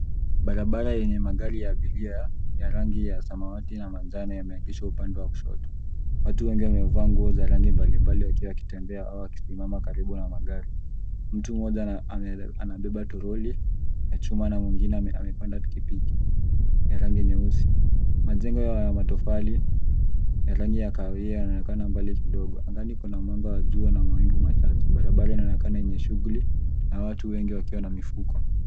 Barabara yenye magari ya abiria ya rangi ya samawati na manjano yameegeshwa upande wa kushoto. Watu wengi wamevaa nguo za rangi mbalimbali wakiwa wakitembea au wakisimama karibu na magari. Mtu mmoja anabeba trolli ya chuma na mwingine amepanda pikipiki ya rangi nyeusi. Majengo ya matofali, ya rangi ya kahawia yanaonekana mbali kidogo. Angani kuna mianga ya jua na mawingu machache. Barabara inaonekana yenye shughuli na watu wengi wakiwa na mifuko.